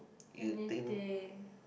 anything